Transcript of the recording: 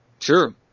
Sure